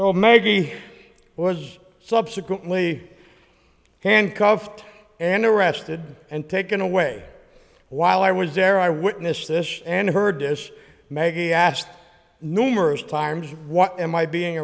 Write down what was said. well maggie was subsequently handcuffed and arrested and taken away while i was there i witnessed this and heard this maggie asked numerous times what am i being